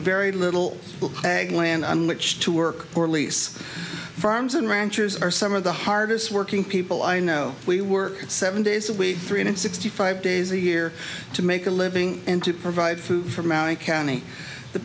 very little land on which to work or lease farms and ranchers are some of the hardest working people i know we work seven days a week three hundred sixty five days a year to make a living and to provide food from our county the